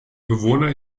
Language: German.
bewohner